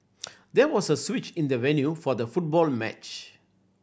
there was a switch in the venue for the football match